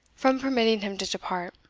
from permitting him to depart.